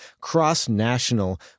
cross-national